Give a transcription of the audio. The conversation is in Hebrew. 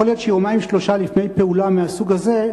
יכול להיות שיומיים-שלושה לפני פעולה מהסוג הזה,